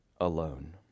alone